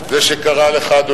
זה שקרא לך אתמול,